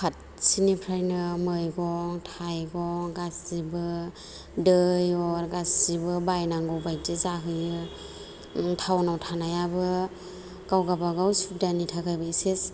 फारसेनिफ्रायनो मैगं थाइगं गासैबो दै अर गासैबो बायनांगौ बायदि जाहैयो टाउनआव थानायाबो गाव गावबागाव सुबिदानि थाखायबो एसे